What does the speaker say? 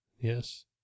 Yes